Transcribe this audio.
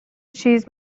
چیز